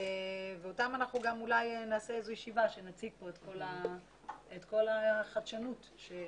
ואתם אנחנו גם אולי נעשה איזו ישיבה ונציג כאן את כל החדשנות שתתקדם.